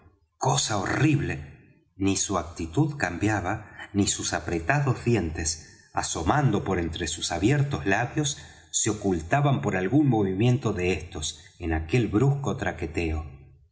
cosa horrible ni su actitud cambiaba ni sus apretados dientes asomando por entre sus abiertos labios se ocultaban por algún movimiento de éstos en aquel brusco traqueteo